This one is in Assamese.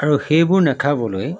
আৰু সেইবোৰ নাখাবলৈ